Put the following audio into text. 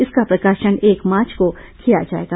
इसका प्रकाशन एक मार्च को किया जाएगा